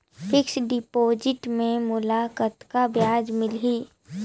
Fixed deposit मे मोला कतका ब्याज मिलही?